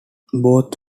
both